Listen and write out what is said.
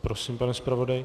Prosím, pane zpravodaji.